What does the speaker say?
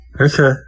Okay